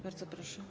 Bardzo proszę.